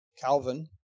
Calvin